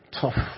Tough